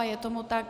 Je tomu tak.